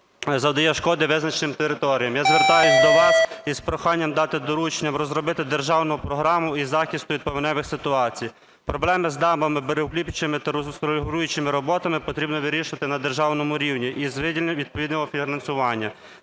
завдає шкоди визначеним територіям. Я звертаюся до вас із проханням дати доручення розробити державну програму із захисту від повеневих ситуацій. Проблеми з дамбами, берегоукріплюючими та руслорегулюючими роботами потрібно вирішувати на державному рівні, із виділенням відповідного фінансування.